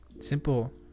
simple